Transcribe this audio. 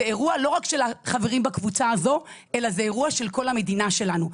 זה אירוע לא רק של החברים בקבוצה הזו אלא זה אירוע של כל המדינה שלנו,